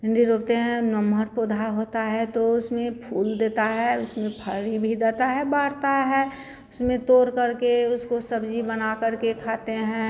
भिंडी रोपते हैं और नोम्हर पौधा होता है तो उसमें फूल देता है उसमें फल भी देता है बढ़ता है उसमें तोड़कर के उसको सब्ज़ी बनाकर के खाते हैं